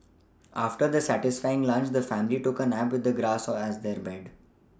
after their satisfying lunch the family took a nap with the grass or as their bank